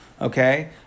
okay